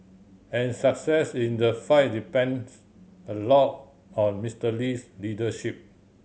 and success in the fight depends a lot on Mister Lee's leadership